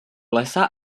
lesa